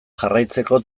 jarraitzeko